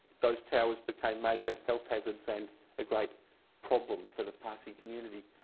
those towers became major health hazards and a great problem for the parsi community.